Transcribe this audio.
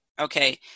Okay